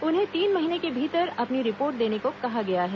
उन्हें तीन महीने के भीतर अपनी रिपोर्ट देने को कहा गया है